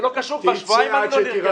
זה לא קשור, כבר שבועיים אני לא נרגע.